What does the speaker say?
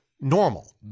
normal